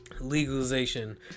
legalization